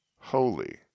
holy